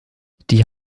die